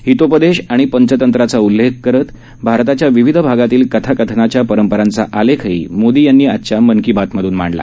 हितोपदेश आणि पंचतंत्राचा उल्लेख करत भारताच्या विविध भागातील कथाकथनाच्या परंपरांचा आलेखही मोदी यांनी आजच्या मन की बातमधून मांडला